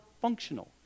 functional